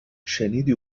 شنیدی